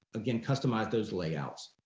again customize those layouts.